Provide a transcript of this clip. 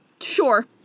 Sure